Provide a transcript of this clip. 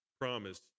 promise